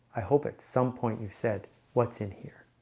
i hope at some point you said what's in here?